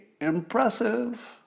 impressive